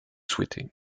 souhaitez